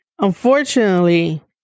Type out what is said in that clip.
Unfortunately